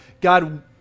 God